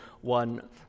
one